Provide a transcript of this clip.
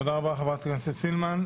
תודה רבה, חברת הכנסת סילמן.